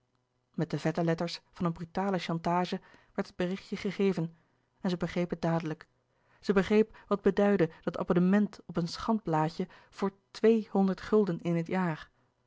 met de vette letters van een brutale chantage werd het berichtje gegeven en zij begreep het dadelijk zij begreep wat beduidde dat abonnement op een schandblaadje voor tweehonderd gulden in het jaar